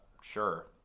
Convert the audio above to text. Sure